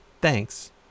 Thanks